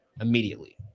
immediately